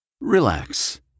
Relax